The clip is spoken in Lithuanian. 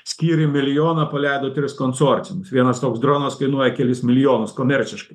skyrė milijoną paleido tris konsorciumus vienas toks dronas kainuoja kelis milijonus komerciškai